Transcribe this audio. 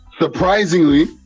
surprisingly